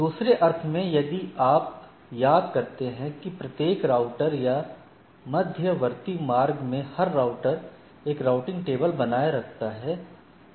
दूसरे अर्थ में यदि आप याद करते हैं कि प्रत्येक राउटर या मध्यवर्ती मार्ग में हर राउटर एक राउटिंग टेबल बनाए रखता है